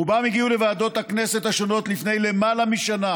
רובם הגיעו לוועדות הכנסת השונות לפני למעלה משנה,